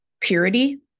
purity